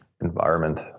Environment